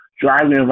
driving